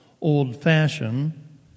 old-fashioned